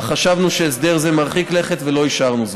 אך חשבנו שהסדר זה מרחיק לכת ולא אישרנו זאת.